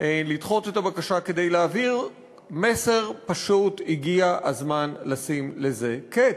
כדי להעביר מסר פשוט: הגיע הזמן לשים לזה קץ.